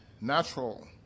natural